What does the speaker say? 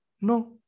No